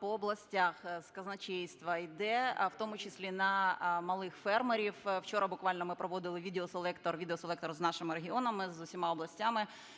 по областях з казначейства іде, в тому числі на малих фермерів. Вчора буквально ми проводили відео-селектор, відео-селектор з нашими регіонами, з усіма областями,